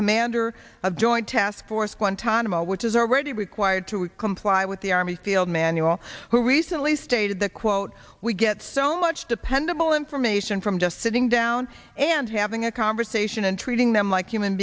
commander of joint task force guantanamo which is already required to comply with the army field manual who recently stated that quote we get so much dependable information from just sitting down and having a conversation and treating them like human